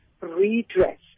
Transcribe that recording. redress